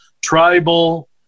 tribal